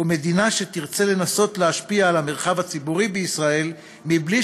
ומדינה שתרצה לנסות להשפיע על המרחב הציבורי בישראל מבלי